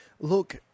Look